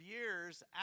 years